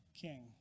king